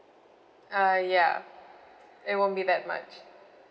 uh ya it won't be that much